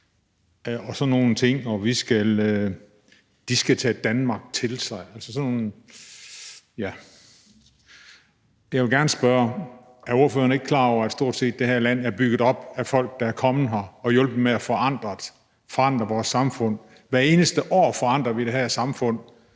og sådan nogle ting. Så jeg vil gerne spørge: Er ordføreren ikke klar over, at det her land stort set er bygget op af folk, der er kommet her og har hjulpet med at forandre det, forandre vores samfund? Hvert eneste år forandrer vi det her samfund.